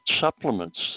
supplements